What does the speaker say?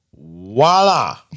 Voila